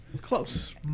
Close